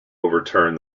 overturned